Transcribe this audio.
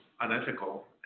unethical